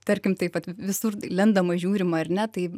tarkim taip vat visur lendame žiūrim ar ne taip